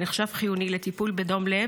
הנחשב חיוני לטיפול בדום לב,